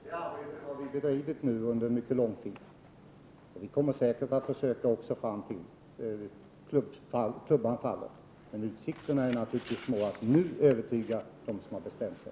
Herr talman! Mycket kort. Det arbetet har vi bedrivit under mycket lång tid. Vi kommer säkert att försöka också fram till dess klubban faller, men utsikterna är naturligtvis små att nu övertyga dem som har bestämt sig.